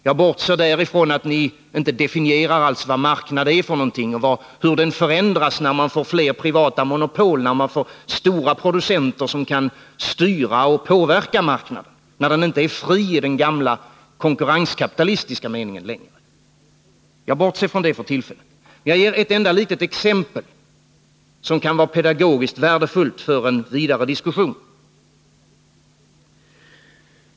Jag bortser från att ni inte alls definierar vad marknad är för någonting och hur den förändras när de privata monopolen blir fler, när stora producenter kan styra och påverka marknaden, när den inte längre är fri i den gamla konkurrenskapitalistiska meningen. Jag bortser från det för tillfället. Jag skall ge ett enda litet exempel som kan vara pedagogiskt värdefullt för en vidare diskussion.